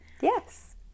Yes